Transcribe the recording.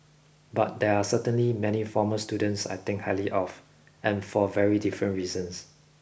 but there are certainly many former students I think highly of and for very different reasons